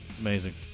amazing